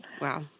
Wow